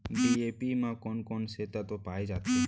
DAP म कोन कोन से तत्व पाए जाथे?